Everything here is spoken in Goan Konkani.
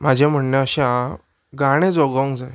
म्हाजें म्हणणें अशें आहा गाणें जगोंक जाय